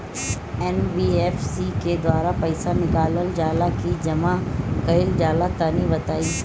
NBFC के द्वारा पईसा निकालल जला की जमा कइल जला तनि बताई?